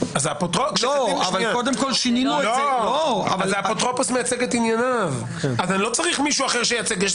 האפוטרופוס דואג לענייניו ואחראי עליו.